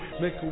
Make